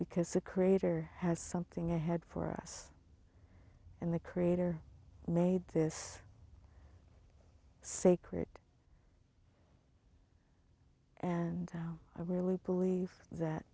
because the creator has something ahead for us and the creator made this sacred and now i really believe that